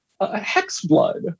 hexblood